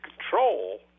control –